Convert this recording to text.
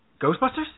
Ghostbusters